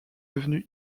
devenue